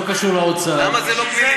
לא קשור למדינה, לא קשור לאוצר.